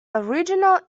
original